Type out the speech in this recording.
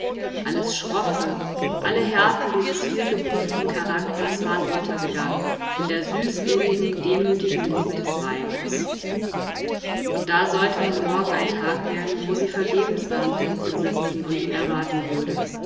alles schroffe alle härten dieses vielgeprüften charakters waren untergegangen in der süßinnigen demütigen liebe des weibes und da sollte nun morgen ein tag werden wo sie vergebens da am fenster sitzen und ihn erwarten würde